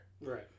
Right